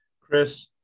Chris